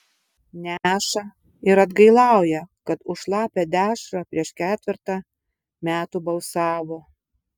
neša ir atgailauja kad už šlapią dešrą prieš ketvertą metų balsavo